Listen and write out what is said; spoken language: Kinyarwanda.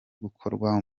gukorwa